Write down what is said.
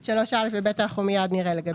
את 3(א) ו-(ב) אנחנו מייד נראה לגבי הילדים.